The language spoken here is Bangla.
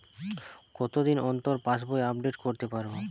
কতদিন অন্তর পাশবই আপডেট করতে পারব?